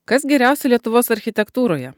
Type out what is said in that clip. kas geriausia lietuvos architektūroje